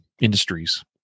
industries